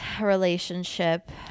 relationship